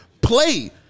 play